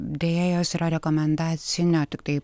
deja jos yra rekomendacinio tiktai